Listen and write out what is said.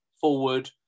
forward